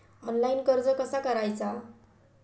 Online कर्ज कसा करायचा?